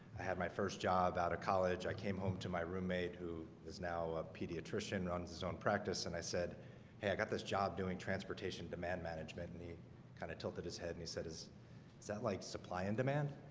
i had my first job out of college. i came home to my roommate who is now a pediatrician runs his own practice and i said hey i got this job doing transportation demand management and he kind of tilted his head and he said is is that like supply and demand?